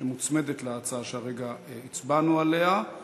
שמוצמדת להצעה שהרגע הצבענו עליה.